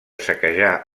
saquejar